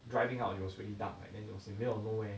driving out it was really dark ah then you will see of nowhere